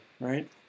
right